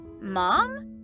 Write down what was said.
Mom